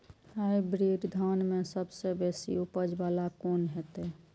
Hybrid धान में सबसे बेसी उपज बाला कोन हेते?